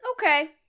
Okay